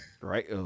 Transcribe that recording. right